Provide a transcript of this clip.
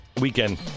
weekend